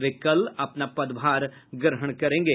वे कल अपना पदभार ग्रहण करेंगे